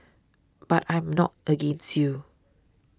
but I am not against you